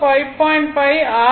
5 r 0